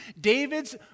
David's